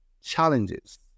challenges